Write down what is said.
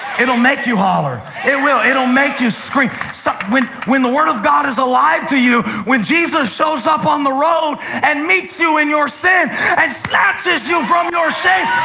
it'll make you holler. and it'll make you scream. so when when the word of god is alive to you, when jesus shows up on the road and meets you in your sin and snatches you from your shame,